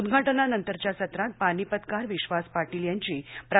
उद्घाटनानंतरच्या सत्रात पानिपतकार विश्वास पाटील यांची प्रा